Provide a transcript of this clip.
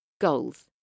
Goals